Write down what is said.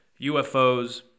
UFOs